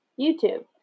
YouTube